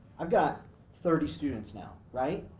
i've got thirty students now right,